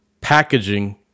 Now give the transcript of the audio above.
packaging